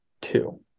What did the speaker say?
two